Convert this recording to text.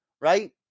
right